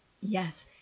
Yes